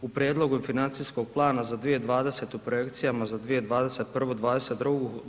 U prijedlogu financijskog plana za 2020. projekcijama za 2021., 2022.